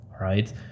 right